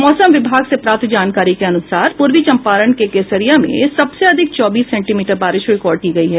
मौसम विभाग से प्राप्त जानकारी के अनुसार पूर्वी चंपारण के केसरिया में सबसे अधिक चौबीस सेंटीमीटर बारिश रिकॉर्ड की गयी है